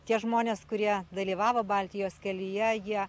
tie žmonės kurie dalyvavo baltijos kelyje jie